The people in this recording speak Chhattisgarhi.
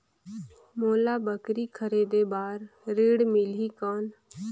मोला बकरी खरीदे बार ऋण मिलही कौन?